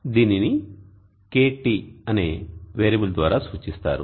దీనిని KT అనే variable ద్వారా సూచిస్తారు